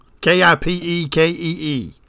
K-I-P-E-K-E-E